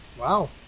Wow